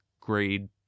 grade